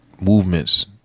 movements